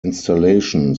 installation